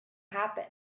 happen